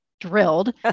drilled